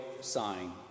sign